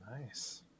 Nice